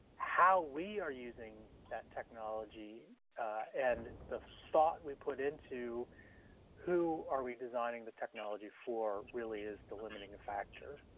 how we are using that technology and the thought we put into who are we designing the technology for really is the limiting factor,